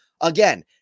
Again